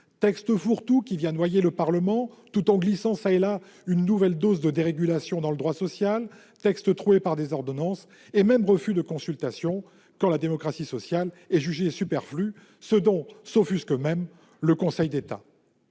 texte fourre-tout, qui noie le Parlement, tout en glissant çà et là une nouvelle dose de dérégulation du droit social, texte troué par des ordonnances et même refus de consultation quand la démocratie sociale est jugée superflue, ce dont s'offusque même le Conseil d'État.